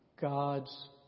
God's